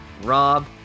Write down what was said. Rob